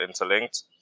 interlinked